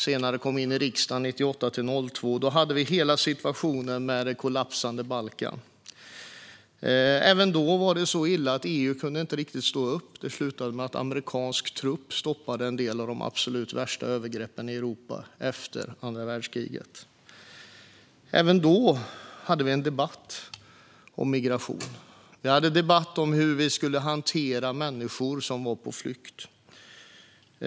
Jag kom in i riksdagen 98-02 då vi hade en situation med det kollapsande Balkan. Även då var det så illa att EU inte riktigt kunde stå upp. Det slutade med att amerikansk trupp stoppade en del av de absolut värsta övergreppen i Europa efter andra världskriget. Även då hade vi en debatt om migration och hur vi skulle hantera människor som var på flykt.